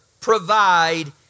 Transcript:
provide